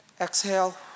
exhale